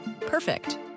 perfect